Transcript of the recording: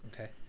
okay